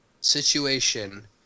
situation